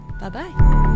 bye-bye